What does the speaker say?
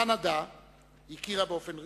הכירה קנדה באופן רשמי,